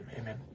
amen